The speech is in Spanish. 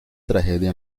tragedia